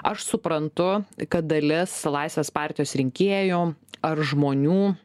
aš suprantu kad dalis laisvės partijos rinkėjų ar žmonių